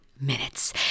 minutes